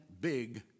big